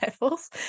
levels